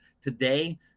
today